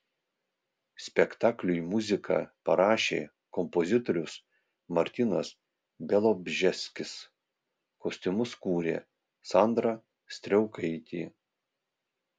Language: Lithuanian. spektakliui muziką parašė kompozitorius martynas bialobžeskis kostiumus kūrė sandra straukaitė